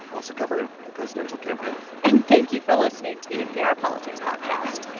also covering the presidential campaign and thank you for listening to the npr politics podcast